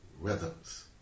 rhythms